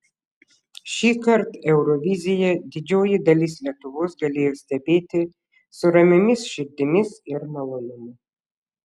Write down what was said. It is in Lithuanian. šįkart euroviziją didžioji dalis lietuvos galėjo stebėti su ramiomis širdimis ir malonumu